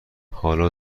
حالا